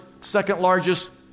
second-largest